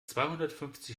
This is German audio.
zweihundertfünfzig